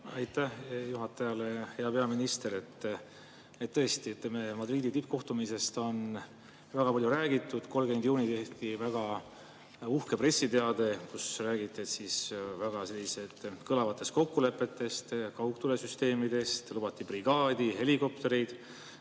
Aitäh juhatajale! Hea peaminister! Tõesti, Madridi tippkohtumisest on väga palju räägitud. 30. juunil tehti uhke pressiteade, kus räägiti väga kõlavatest kokkulepetest, kaudtulesüsteemidest, lubati brigaadi ja helikoptereid.